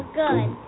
good